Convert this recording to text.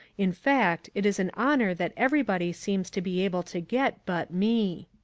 in fact, it is an honour that everybody seems to be able to get but me.